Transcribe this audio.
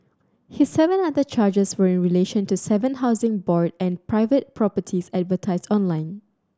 his seven other charges were in relation to seven Housing Board and private properties advertised online